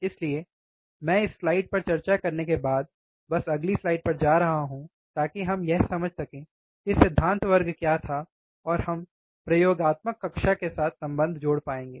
इसलिए मैं इस स्लाइड पर चर्चा करने के बाद बस अगली स्लाइड पर जा रहा हूं ताकि हम यह समझ सकें कि सिद्धांत वर्ग क्या था और हम प्रयोगात्मक कक्षा के साथ संबंध जोड़ पाएँगे